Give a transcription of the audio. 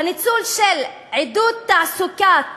הניצול של עידוד תעסוקת